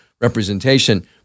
representation